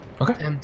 Okay